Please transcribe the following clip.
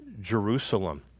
Jerusalem